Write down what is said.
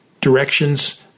directions